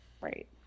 Right